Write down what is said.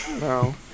No